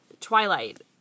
Twilight